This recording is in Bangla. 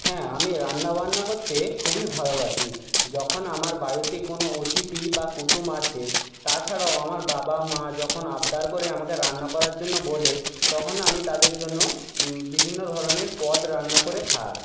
হ্যাঁ আমি রান্না বান্না করতে খুবই ভালোবাসি যখন আমার বাড়িতে কোনো অতিথি বা কুটুম আসে তাছাড়াও আমার বাবা মা যখন আবদার করে আমাকে রান্না করার জন্য বলে তখন আমি তাদের জন্য বিভিন্ন ধরনের পদ রান্না করে খাওয়াই